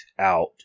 out